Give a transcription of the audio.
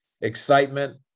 excitement